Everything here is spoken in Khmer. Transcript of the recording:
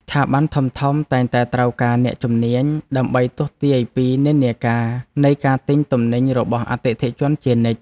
ស្ថាប័នធំៗតែងតែត្រូវការអ្នកជំនាញ ដើម្បីទស្សន៍ទាយពីនិន្នាការនៃការទិញទំនិញរបស់អតិថិជនជានិច្ច។